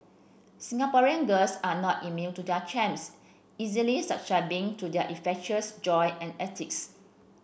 Singaporean girls are not immune to their charms easily succumbing to their infectious joy and antics